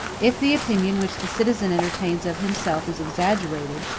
if the opinion which the citizen entertains of himself is exaggerated,